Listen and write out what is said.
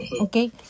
Okay